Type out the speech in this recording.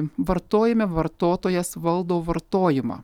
vartojime vartotojas valdo vartojimą